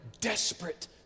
desperate